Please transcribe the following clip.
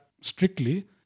strictly